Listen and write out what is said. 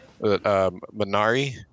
Minari